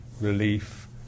relief